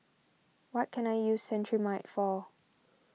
what can I use Cetrimide for